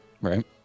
Right